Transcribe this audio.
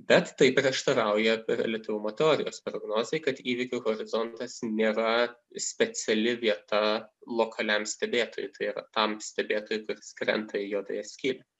bet tai prieštarauja reliatyvumo teorijos prognozei kad įvykių horizontas nėra speciali vieta lokaliam stebėtojui tai yra tam stebėtojui kuris krenta į juodąją skylę